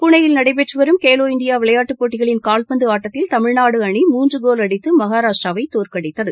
புனேயில் நடைபெற்று வரும் கேலோ இண்டியா விளையாட்டுப் போட்டிகளின் கால்பந்து ஆட்டத்தில் தமிழ்நாடு அணி மூன்று கோல் அடித்து மகாராஷ்டிராவை தோற்கடித்தது